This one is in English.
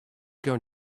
going